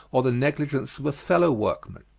or the negligence of a fellow workman?